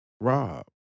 Rob